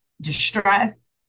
distressed